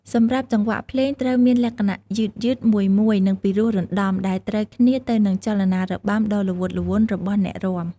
សម្រាប់ចង្វាក់ភ្លេងត្រូវមានលក្ខណៈយឺតៗ មួយៗ និងពីរោះរណ្តំ ដែលត្រូវគ្នាទៅនឹងចលនារបាំដ៏ល្វត់ល្វន់របស់អ្នករាំ។